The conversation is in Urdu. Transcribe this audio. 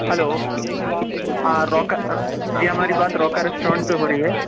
ہیلو ہاں روکا جی ہماری بات روکا ریسٹورینٹ پہ ہو رہی ہے